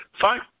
Fine